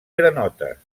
granotes